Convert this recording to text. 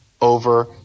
over